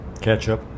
ketchup